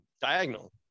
diagonal